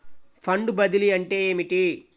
Fund బదిలీ అంటే ఏమిటి?